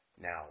Now